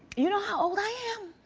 you know how old i am?